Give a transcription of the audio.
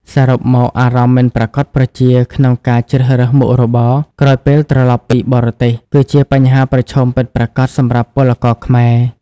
សរុបមកអារម្មណ៍មិនប្រាកដប្រជាក្នុងការជ្រើសរើសមុខរបរក្រោយពេលត្រឡប់ពីបរទេស គឺជាបញ្ហាប្រឈមពិតប្រាកដសម្រាប់ពលករខ្មែរ។